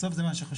בסוף מה שחשוב,